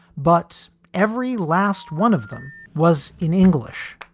but every last one of them was in english.